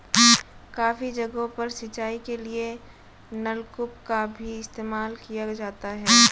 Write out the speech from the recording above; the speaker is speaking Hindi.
काफी जगहों पर सिंचाई के लिए नलकूप का भी इस्तेमाल किया जाता है